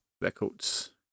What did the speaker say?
Records